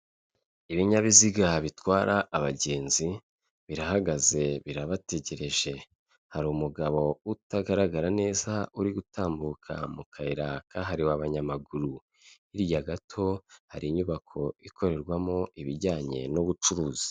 Ibinyabiziga bitwara abagenzi, birahagaze birabategereje, hari umugabo utagaragara neza uri gutambuka mu kayira kahariwe abanyamaguru, hirya gato hari inyubako ikorerwamo ibijyanye n'ubucuruzi.